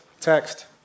text